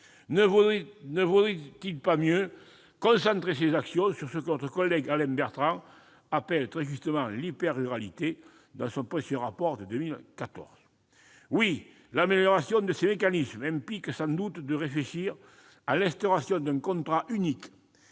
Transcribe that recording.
Ne vaudrait-il pas mieux concentrer les actions sur ce que notre collègue Alain Bertrand appelle très justement l'« hyper-ruralité » dans son précieux rapport de 2014 ? Oui, l'amélioration de ces mécanismes implique sans doute de réfléchir à l'instauration d'un contrat unique